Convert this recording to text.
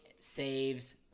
saves